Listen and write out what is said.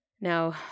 Now